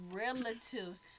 relatives